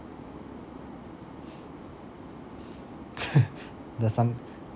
there's some